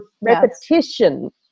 Repetition